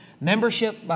Membership